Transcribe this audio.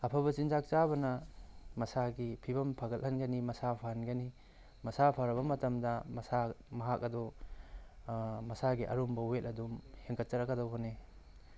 ꯑꯐꯕ ꯆꯤꯟꯖꯥꯛ ꯆꯥꯕꯅ ꯃꯁꯥꯒꯤ ꯐꯤꯚꯝ ꯐꯒꯠꯍꯟꯒꯅꯤ ꯃꯁꯥ ꯐꯍꯟꯒꯅꯤ ꯃꯁꯥ ꯐꯔꯕ ꯃꯇꯝꯗ ꯃꯁꯥ ꯃꯍꯥꯛ ꯑꯗꯨ ꯃꯁꯥꯒꯤ ꯑꯔꯨꯝꯕ ꯋꯦꯠ ꯑꯗꯨ ꯍꯦꯟꯀꯠꯆꯔꯛꯀꯗꯧꯕꯅꯦ